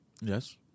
Yes